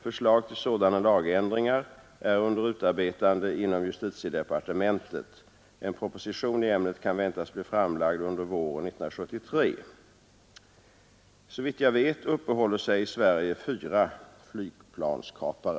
Förslag till sådana lagändringar är under utarbetande inom justitiedepartementet. En proposition i ämnet kan väntas bli framlagd under våren 1973. Såvitt jag vet uppehåller sig i Sverige fyra flygplanskapare.